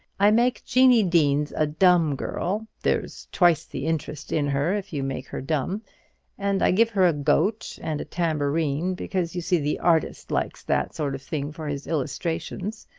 i make jeannie deans a dumb girl there's twice the interest in her if you make her dumb and i give her a goat and a tambourine, because, you see, the artist likes that sort of thing for his illustrations.